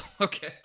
Okay